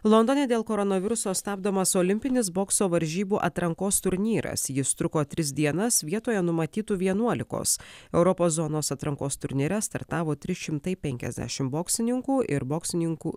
londone dėl koronaviruso stabdomas olimpinis bokso varžybų atrankos turnyras jis truko tris dienas vietoje numatytų vienuolikos europos zonos atrankos turnyre startavo tris šimtai penkiasdešim boksininkų ir boksininkų